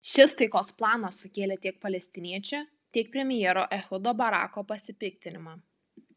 šis taikos planas sukėlė tiek palestiniečių tiek premjero ehudo barako pasipiktinimą